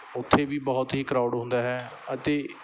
ਉੱਥੇ ਵੀ ਬਹੁਤ ਹੀ ਕਰਾਊਡ ਹੁੰਦਾ ਹੈ ਅਤੇ